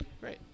Great